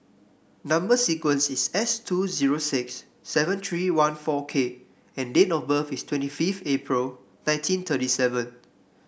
number sequence is S two zero six seven tree one four K and date of birth is twenty fifth April nineteen thirty seven